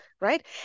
right